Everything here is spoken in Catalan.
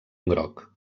groc